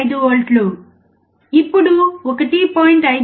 5 వోల్ట్లు ఇప్పుడు 1